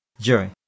Joy